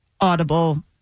audible